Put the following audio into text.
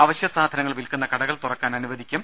ആവശ്യ സാധനങ്ങൾ വിൽക്കുന്ന കടകൾ തുറക്കാൻ അനുവദിക്കും